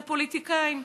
לפוליטיקאים.